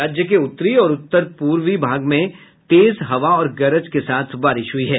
राज्य के उत्तरी और उत्तर पूर्वी भाग में तेज हवा और गरज के साथ बारिश हुई है